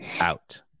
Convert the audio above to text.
out